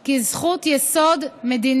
כי היא זכות יסוד מדינית.